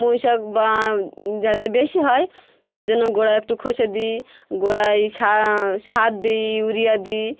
পুঁই শাক যাতে বেশি হয় তার জন্য গোড়া একটু ঘষে দিই গোড়ায় সার দিই ইউরিয়া দিই